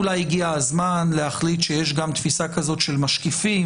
אולי הגיע הזמן להחליט שיש גם תפיסה כזאת של משקיפים,